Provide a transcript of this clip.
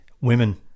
Women